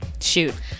Shoot